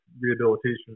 rehabilitation